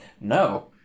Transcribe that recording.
No